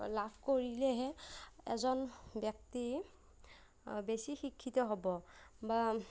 লাভ কৰিলেহে এজন ব্যক্তি বেছি শিক্ষিত হ'ব বা